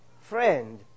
friend